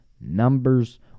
numbers